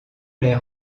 les